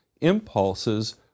impulses